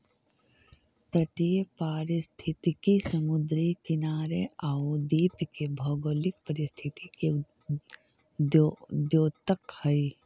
तटीय पारिस्थितिकी समुद्री किनारे आउ द्वीप के भौगोलिक परिस्थिति के द्योतक हइ